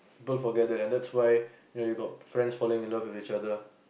don't forget that and that's why ya you got friends falling in love with each other